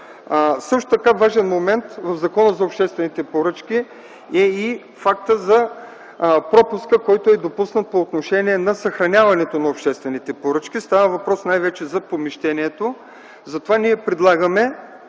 усвоява. Важен момент в Закона за обществените поръчки е и фактът за пропуска, който е допуснат по отношение на съхраняването на обществените поръчки. Става въпрос най-вече за помещението. Предлагаме